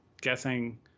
guessing